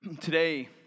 Today